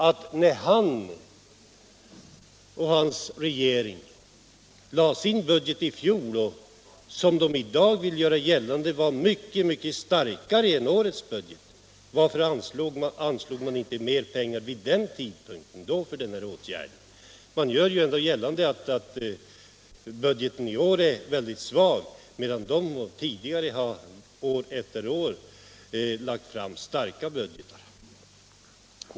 Herr Lundkvist vill i dag göra gällande att den budget som han föreslog i fjol var mycket starkare än årets. Men varför föreslog han inte då mer pengar för den här åtgärden? Han gör ändå gällande att budgeten i år är svag, medan socialdemokraterna år efter år tidigare lagt fram starka budgetar.